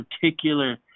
particular